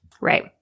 Right